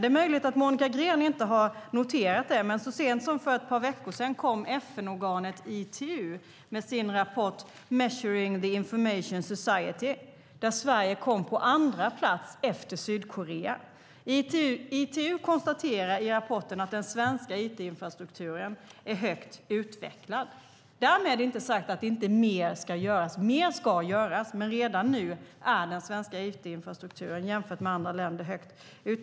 Det är möjligt att Monica Green inte har noterat det, men så sent som för ett par veckor sedan kom FN-organet ITU med sin rapport Measuring the Information Society , där Sverige kom på andra plats efter Sydkorea. ITU konstaterar i rapporten att den svenska it-infrastrukturen är högt utvecklad. Därmed inte sagt att det inte ska göras mer. Det ska göras mer, men redan nu är den svenska it-infrastrukturen högt utvecklad jämfört med andra länder.